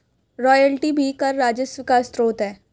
royalty भी कर राजस्व का स्रोत है